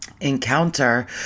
encounter